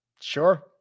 Sure